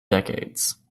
decades